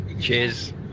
Cheers